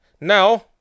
Now